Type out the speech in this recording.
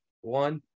one